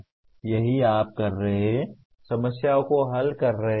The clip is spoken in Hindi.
यही आप कर रहे हैं समस्याओं को हल कर रहे हैं